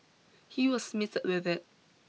he was smitten with it